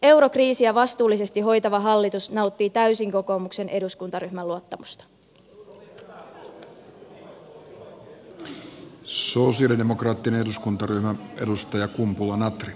eurokriisiä vastuullisesti hoitava hallitus nauttii täysin kokoomuksen eduskuntaryhmän luottamusta